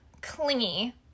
clingy